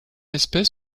espèce